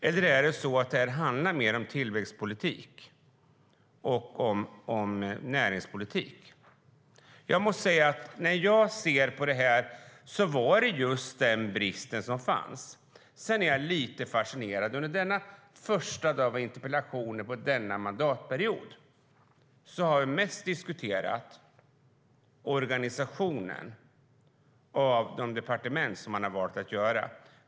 Eller är det så att detta handlar mer om tillväxtpolitik och näringspolitik? När jag ser på det här får jag säga att bristerna gällde just detta. Jag är lite fascinerad. Under mandatperiodens första dag av interpellationer har vi mest diskuterat den organisation av departementen som man valt att göra.